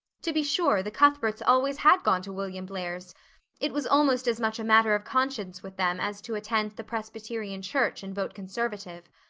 to be sure, the cuthberts always had gone to william blair's it was almost as much a matter of conscience with them as to attend the presbyterian church and vote conservative.